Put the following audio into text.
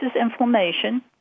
inflammation